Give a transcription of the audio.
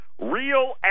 Real